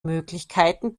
möglichkeiten